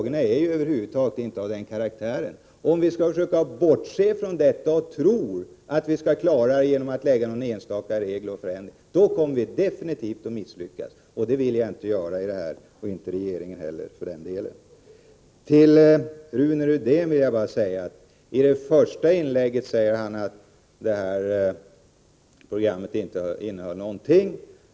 Om vi tror att det går att klara detta genom att ändra någon enstaka regel, kommer vi definitivt att misslyckas, och det vill inte regeringen göra. Rune Rydén sade i sitt första inlägg att programmet inte innehåller någonting.